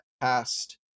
past